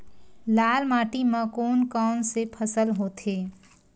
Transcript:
लाल माटी म कोन कौन से फसल होथे?